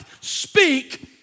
speak